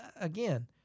Again